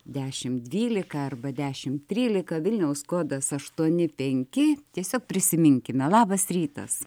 dešimt dvylika arba dešimt trylika vilniaus kodas aštuoni penki tiesiog prisiminkime labas rytas